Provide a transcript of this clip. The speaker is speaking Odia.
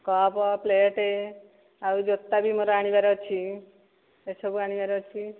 କପ୍ ପ୍ଳେଟ୍ ଆଉ ଯୋତା ବି ମୋର ଆଣିବାର ଅଛି ଏଇସବୁ ଆଣିବାର ଅଛି